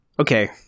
Okay